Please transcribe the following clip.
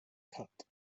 cut